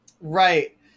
right